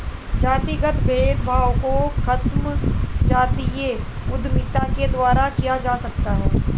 जातिगत भेदभाव को खत्म जातीय उद्यमिता के द्वारा किया जा सकता है